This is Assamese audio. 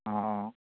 অঁ অঁ